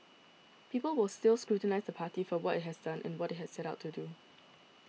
people will still scrutinise the party for what it has done and what it has set out to do